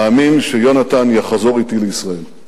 להאמין שיונתן יחזור אתי לישראל.